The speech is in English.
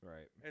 Right